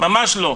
ממש לא.